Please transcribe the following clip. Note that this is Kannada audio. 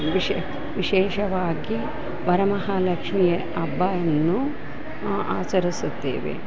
ವಿಶೆ ವಿಶೇಷವಾಗಿ ವರಮಹಾಲಕ್ಷ್ಮಿ ಹಬ್ಬ ಆಚರಿಸುತ್ತೇವೆ